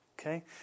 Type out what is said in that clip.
okay